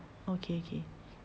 okay okay